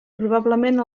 probablement